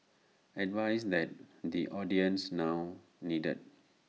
advice that the audience now needed